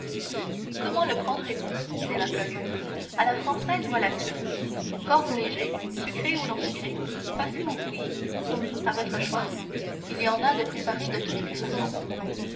comment le prendrez-vous dit l'inconnu à la française ou à la turque fort ou léger sucré ou non sucré passé ou bouilli à votre choix il y en a de préparé de toutes les façons